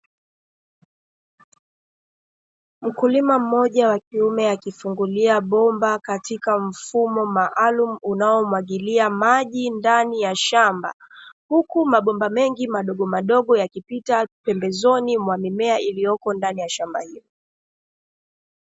Mkulima mmoja wa kiume akifungulia bomba katika mfumo maalumu unaomwagilia maji ndani ya shamba. Huku mabomba mengi madogo madogo yakipita pembezoni mwa mimea iliyomo ndani ya shamba hilo.